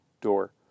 door